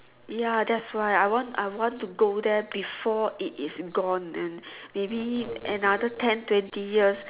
ya that's why I want I want to go there before it is gone and maybe another ten twenty years